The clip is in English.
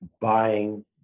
buying